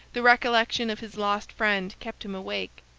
the recollection of his lost friend kept him awake,